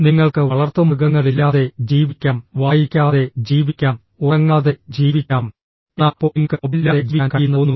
നിങ്ങൾക്ക് വളർത്തുമൃഗങ്ങളില്ലാതെ ജീവിക്കാം വായിക്കാതെ ജീവിക്കാം ഉറങ്ങാതെ ജീവിക്കാം എന്നാൽ അപ്പോൾ നിങ്ങൾക്ക് മൊബൈൽ ഇല്ലാതെ ജീവിക്കാൻ കഴിയില്ലെന്ന് തോന്നുന്നു